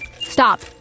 Stop